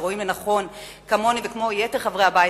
שרואים כמוני וכמו יתר חברי הבית,